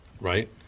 right